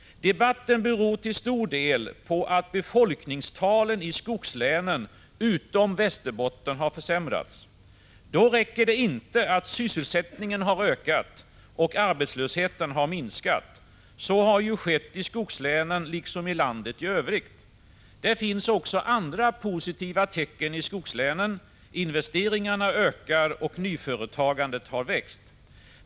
Debatten är till stor del föranledd av att befolkningstalen i skogslänen utom Västerbotten har försämrats. Då räcker det inte att sysselsättningen har ökat och arbetslösheten minskat. Så har ju skett i skogslänen liksom i landet i Övrigt. Det finns också andra positiva tecken i skogslänen: investeringarna ökar, och nyföretagandet har växt.